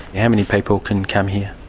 how many people can come here?